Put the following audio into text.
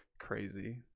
crazy